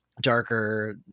darker